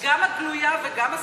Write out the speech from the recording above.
גם הגלויה וגם הסודית?